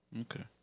Okay